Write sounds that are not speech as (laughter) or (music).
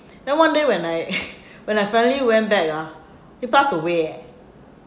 then one day when I (laughs) when I finally went back ah he passed away eh